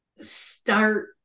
start